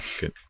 good